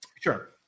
Sure